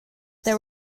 there